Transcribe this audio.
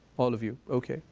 all of you. ok.